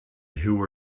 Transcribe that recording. who